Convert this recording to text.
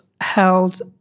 held